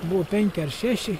buvo penki ar šeši